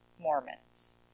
Mormons